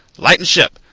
lighten ship!